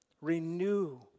renew